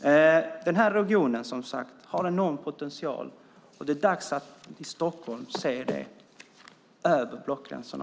Den här regionen har, som sagt, en enorm potential. Det är dags att se det i Stockholm också, över blockgränserna.